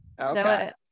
Okay